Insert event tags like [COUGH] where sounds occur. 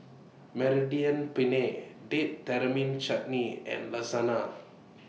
Mediterranean Penne Date Tamarind Chutney and [UNINTELLIGIBLE] [NOISE]